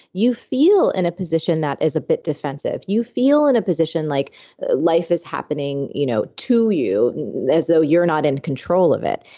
you feel in a position that is a bit defensive. you feel in a position like life is happening you know to you as though you're not in control of it.